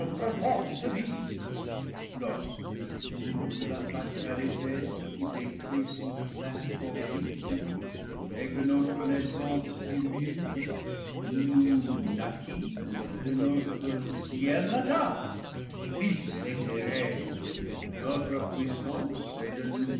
lorsque le cours de la fa talité eut décrit son plein orbite et que notre naissance fut mûre nous naquîmes de notre ciel natal fils éthérés notre puissance est de nous